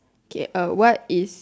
okay uh what is